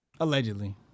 Allegedly